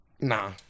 Nah